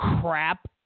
crap